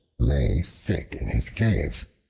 lay sick in his cave.